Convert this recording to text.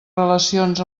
relacions